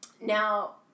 Now